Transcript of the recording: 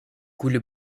couler